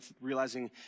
realizing